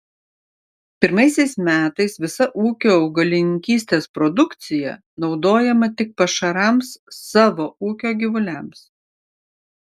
pirmaisiais metais visa ūkio augalininkystės produkcija naudojama tik pašarams savo ūkio gyvuliams